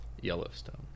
Yellowstone